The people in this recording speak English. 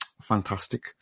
fantastic